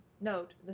Note